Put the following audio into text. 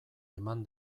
eman